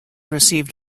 received